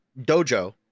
dojo